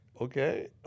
okay